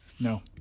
No